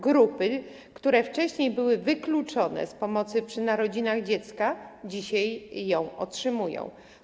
Grupy, które wcześniej były wykluczone z pomocy po narodzinach dziecka, dzisiaj ją otrzymują.